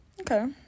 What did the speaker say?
Okay